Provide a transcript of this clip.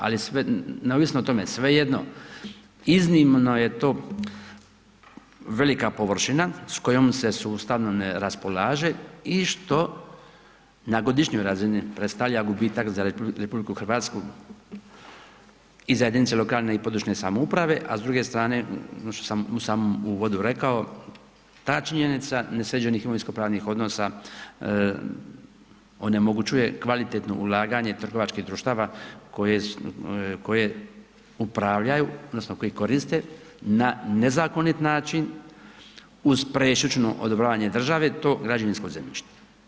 Ali sve, neovisno o tome, svejedno iznimno je to velika površina s kojom se sustavno ne raspolaže i što na godišnjoj razini predstavlja gubitak za RH i za jedinice lokalne i područne samouprave, a s druge strane, ono što sam u samom uvodu rekao, ta činjenica nesređenih imovinsko-pravnih odnosa onemogućuje kvalitetno ulaganje trgovačkih društava koje upravljaju odnosno koji koriste na nezakonit način uz prešućno odobravanje države to građevinsko zemljište.